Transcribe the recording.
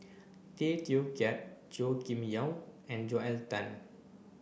Tay Teow Kiat Chua Kim Yeow and Joel Tan